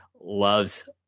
loves